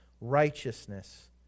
righteousness